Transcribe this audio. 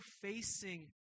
facing